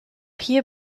hier